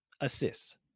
Assist